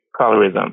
colorism